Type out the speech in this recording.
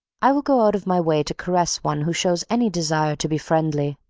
i will go out of my way to caress one who shows any desire to be friendly.